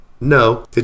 No